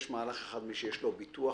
יש מהלך אחד למי שיש לו ביטוח